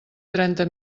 trenta